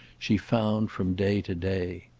she found from day to day.